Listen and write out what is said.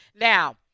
Now